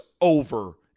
over